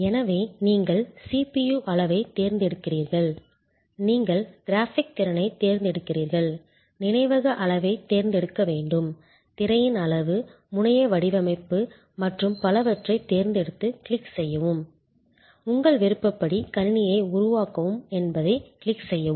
எனவே நீங்கள் CPU அளவைத் தேர்ந்தெடுக்கிறீர்கள் நீங்கள் கிராஃபிக் திறனைத் தேர்ந்தெடுக்கிறீர்கள் நினைவக அளவைத் தேர்ந்தெடுக்க வேண்டும் திரையின் அளவு முனைய வடிவமைப்பு மற்றும் பலவற்றைத் தேர்ந்தெடுத்து கிளிக் செய்யவும் கிளிக் செய்யவும் கிளிக் செய்யவும் உங்கள் விருப்பப்படி கணினியை உருவாக்கவும் என்பதைக் கிளிக் செய்யவும்